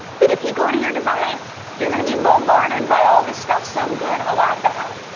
but if you go to your device, you're going to be bombarded by all this stuff some good, a lot bad.